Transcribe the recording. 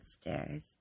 stairs